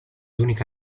unica